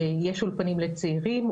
יש אולפנים לצעירים,